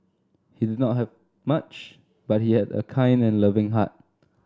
he did not have much but he had a kind and loving heart